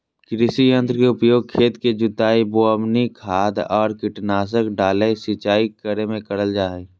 कृषि यंत्र के उपयोग खेत के जुताई, बोवनी, खाद आर कीटनाशक डालय, सिंचाई करे मे करल जा हई